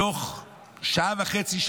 בתוך שעה וחצי,